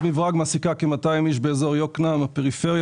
מעסיקה כ-200 איש באזור יוקנעם מהפריפריה,